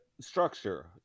structure